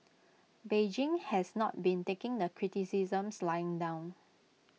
Beijing has not been taking the criticisms lying down